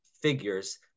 figures